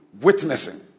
witnessing